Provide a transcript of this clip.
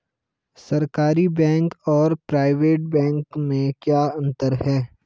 सरकारी बैंक और private bank में क्या क्या अंतर हैं?